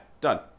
Done